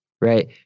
right